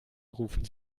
rufen